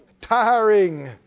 tiring